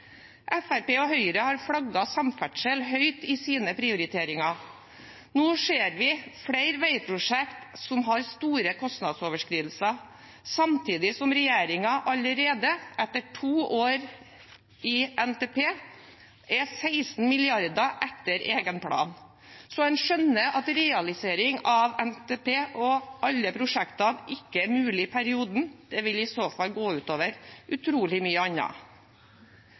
og Høyre har flagget samferdsel høyt i sine prioriteringer. Nå ser vi flere veiprosjekt som har store kostnadsoverskridelser, samtidig som regjeringen allerede etter to år i NTP-perioden er 16 mrd. kr etter egen plan. Man skjønner at en realisering av NTP og alle prosjekter ikke er mulig i perioden – det vil i så fall gå utover utrolig mye